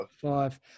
Five